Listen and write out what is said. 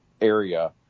area